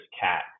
cat